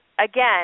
again